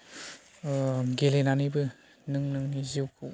ओ गेलेनानैबो नों नोंनि जिउखौ